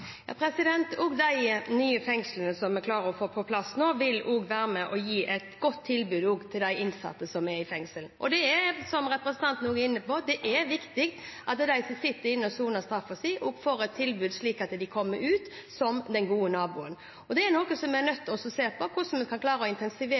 de nye fengslene som vi klarer å få på plass nå, vil være med på å gi et godt tilbud for de innsatte. Det er, som representanten var inne på, viktig at de som sitter inne og soner straffen sin, også får et tilbud slik at de kommer ut som den gode naboen. Vi er nødt til å se på hvordan vi kan intensivere og styrke arbeidet innenfor kriminalomsorgen når det gjelder å gi et tilbud som